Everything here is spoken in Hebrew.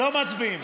לא מצביעים.